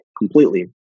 completely